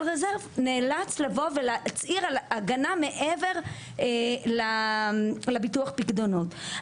reserve נאלץ לבוא ולהצהיר על הגנה מעבר לביטוח פיקדונות.